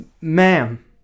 ma'am